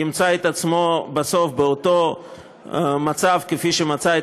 ימצא את עצמו בסוף באותו מצב שמצא את